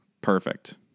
Perfect